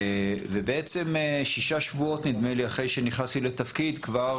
ובעצם שישה שבועות אחרי שנכנסתי לתפקיד כבר